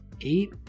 eight